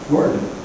Gordon